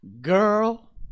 Girl